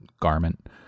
garment